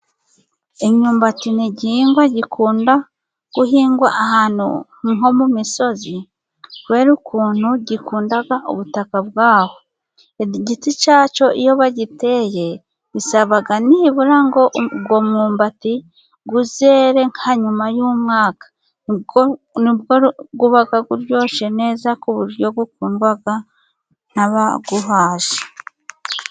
Imyumbati ni igihingwa gikunda guhingwa ahantu nko mu misozi kubera ukuntu gikunda ubutaka bwaho. Igiti cyacu iyo bagiteye bisabaga nibura ngo uwo mwumbati uzere nka nyuma y'umwaka. Kuko nibwo uba uryoshye neza ku buryo ukundwa n'abaguhashye.